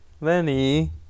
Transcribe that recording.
Lenny